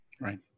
right